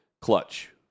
clutch